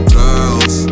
girls